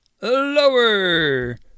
lower